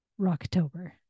rocktober